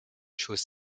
chose